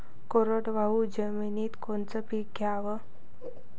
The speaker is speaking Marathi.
कोरडवाहू जमिनीत कोनचं पीक घ्याव?